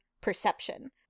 perception